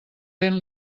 vent